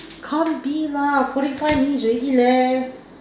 can't be lah forty five minutes already leh